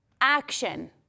Action